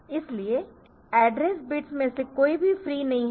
इसीलिए address bits में से कोई भी फ्री नहीं है